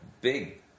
big